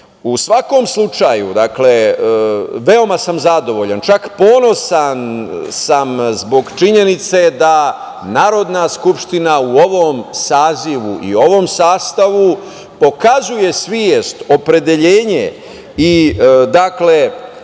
svakom slučaju, veoma sam zadovoljan, čak ponosan sam zbog činjenice da Narodna skupština u ovom Sazivu i u ovom sastavu pokazuje svest, opredeljenje i